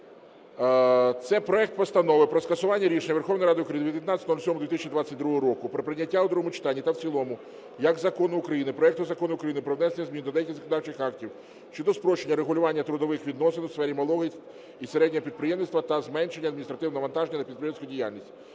Це проект Постанови про скасування рішення Верховної Ради України від 19.07.2022 року про прийняття у другому читанні та в цілому як закону України проекту Закону України "Про внесення змін до деяких законодавчих актів щодо спрощення регулювання трудових відносин у сфері малого і середнього підприємництва та зменшення адміністративного навантаження на підприємницьку діяльність"